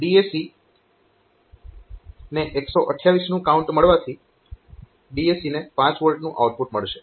તો DAC ને 128 નું કાઉન્ટ મળવાથી DAC ને 5 V નું આઉટપુટ મળશે